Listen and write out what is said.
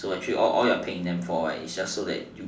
so actually all you're paying them for is just so that